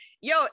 yo